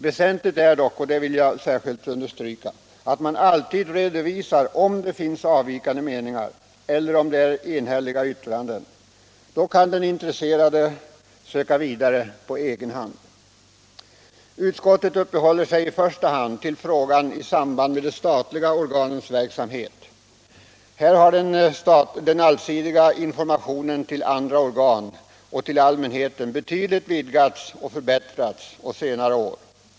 Väsentligt är dock — det vill jag särskilt understryka — att man alltid redovisar om det finns avvikande meningar eller om det är ett enhälligt yttrande. Då kan den intresserade söka vidare på egen hand. Utskottet uppehåller sig i första hand i denna fråga vid de statliga organens verksamhet. Här har den allsidiga informationen till andra organ och till allmänheten betydligt vidgats och förbättrats på senare år.